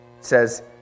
says